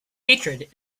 hatred